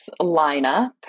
lineup